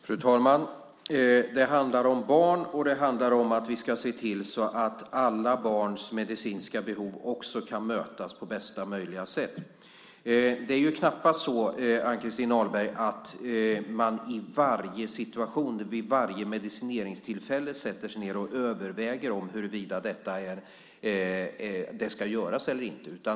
Fru talman! Det handlar om barn, och det handlar om att vi ska se till så att alla barns medicinska behov kan mötas på bästa möjliga sätt. Det är knappast så, Ann-Christin Ahlberg, att man i varje situation, vid varje medicineringstillfälle sätter sig ned och överväger huruvida det ska göras eller inte.